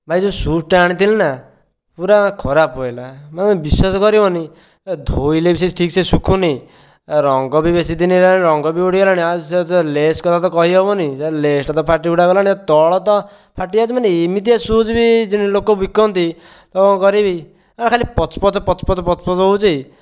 ଭାଇ ଯେଉଁ ସୁଜ୍ଟା ଆଣିଥିଲି ନା ପୁରା ଖରାପ ପଡ଼ିଲା ମାନେ ବିଶ୍ଵାସ କରିବନି ଧୋଇଲେ ବି ସେ ଠିକ୍ସେ ଶୁଖୁନି ଏ ରଙ୍ଗ ବି ବେଶି ଦିନ ହେଲାଣି ରଙ୍ଗ ବି ଉଡ଼ିଗଲାଣି ଆଉ ସେ ଯେଉଁ ଲେସ୍ କଥା ତ କହିହେବନି ଲେସ୍ଟା ତ ଫାଟିଫୁଟା ଗଲାଣି ଆଉ ତଳ ତ ଫାଟି ଯାଇଛି ମାନେ ଏମିତିଆ ସୁଜ୍ ବି ଲୋକ ବିକନ୍ତି କ'ଣ କରିବି ଖାଲି ପଚ୍ ପଚ୍ ପଚ୍ ପଚ୍ ପଚ୍ ପଚ୍ ହେଉଛି